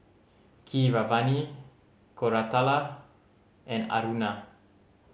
Keeravani Koratala and Aruna